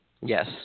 Yes